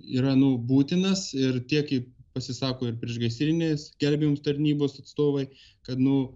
yra nu būtinas ir tiek pasisako ir priešgaisrinės gelbėjimo tarnybos atstovai kad nu